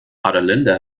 adelinde